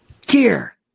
Dear